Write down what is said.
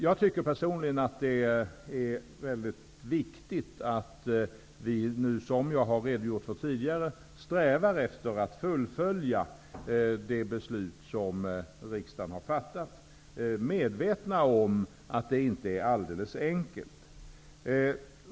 Jag tycker personligen att det är mycket viktigt att vi nu, som jag har redogjort för tidigare, strävar efter att fullfölja det beslut som riksdagen har fattat, samtidigt som vi är medvetna om att det inte är alldeles enkelt.